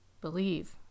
believe